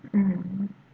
mmhmm